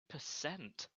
percent